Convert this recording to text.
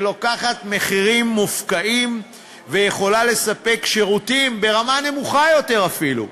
שלוקחת מחירים מופקעים ויכולה לספק שירותים ברמה נמוכה יותר אפילו.